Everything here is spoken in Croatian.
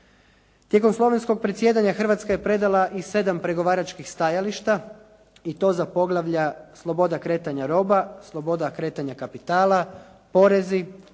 Tijekom slovenskog predsjedanja Hrvatska je predala i 7 pregovaračkih stajališta i to za poglavlja sloboda kretanja roba, sloboda kretanja kapitala, porezi,